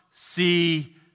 See